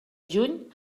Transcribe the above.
juny